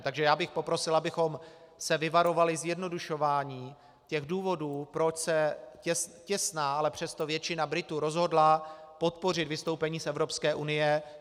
Takže já bych poprosil, abychom se vyvarovali zjednodušování důvodů, proč se těsná, ale přesto většina Britů rozhodla podpořit vystoupení z Evropské unie.